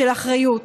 של אחריות.